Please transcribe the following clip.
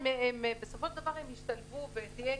בסופו של דבר הם ישתלבו ותהיה,